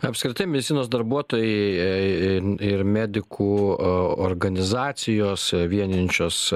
apskritai medicinos darbuotojai ir medikų organizacijos vienijančios